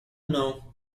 know